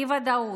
אי-ודאות,